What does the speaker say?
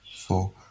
four